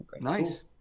Nice